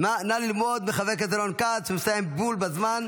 נא ללמוד מחבר הכנסת רון כץ, הוא מסיים בול בזמן.